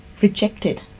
rejected